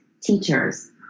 teachers